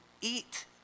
Eat